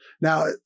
Now